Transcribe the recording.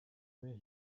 where